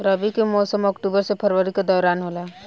रबी के मौसम अक्टूबर से फरवरी के दौरान होला